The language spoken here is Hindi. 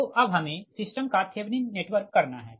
तो अब हमें सिस्टम का थेवनिन नेटवर्क करना है